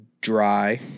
Dry